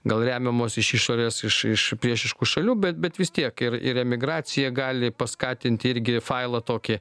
gal remiamos iš išorės iš iš priešiškų šalių bet bet vis tiek ir ir emigracija gali paskatinti irgi failą tokį